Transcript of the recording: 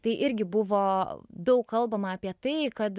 tai irgi buvo daug kalbama apie tai kad